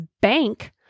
bank